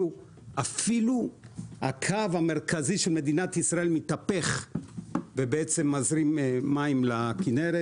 אפילו הקו המרכזי של מדינת ישראל מתהפך ובעצם מזרים מים לכנרת,